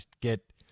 get